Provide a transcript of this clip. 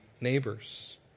neighbors